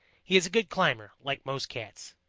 he is a good climber, like most cats.